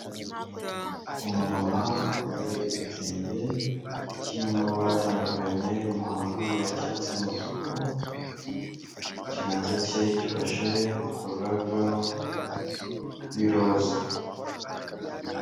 Umumama wambaye igitenge kirimo amabara atandukanye y'umuhondo, ayi cyatsi, ayumutuku, ikiganza cye gifashe ku rurabyo rw'iroza.